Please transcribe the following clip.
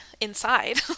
inside